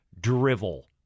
drivel